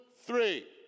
three